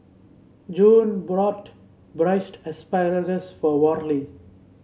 June brought Braised Asparagus for Worley